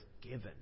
given